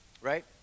right